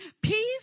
Peace